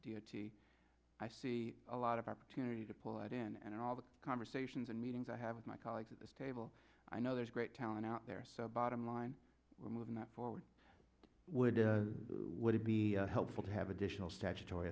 t i see a lot of opportunity to pull it in and all the conversations and meetings i have with my colleagues at this table i know there's great talent out there so bottom line we're moving that forward would do would it be helpful to have additional statutory